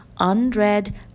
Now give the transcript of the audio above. unread